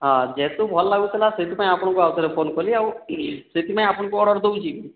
ହଁ ଯେହେତୁ ଭଲ ଲାଗୁଥିଲା ସେଥିପାଇଁ ଆପଣଙ୍କୁ ଆଉଥରେ ଫୋନ କଲି ଆଉ ସେଥିପାଇଁ ଆପଣଙ୍କୁ ଅର୍ଡର ଦେଉଛି